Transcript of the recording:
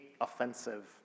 offensive